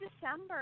December